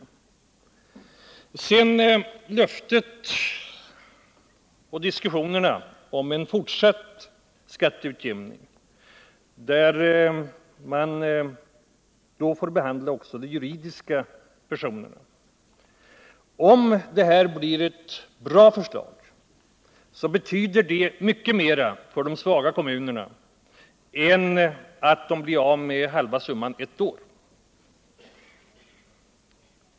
Därtill kommer löftet och diskussionerna om en fortsatt skatteutjämning, varvid också de juridiska personerna kommer att behandlas. Om det blir ett bra förslag därvidlag, betyder det mycket mera för de svaga kommunerna än att de blir av med halva summan ett år.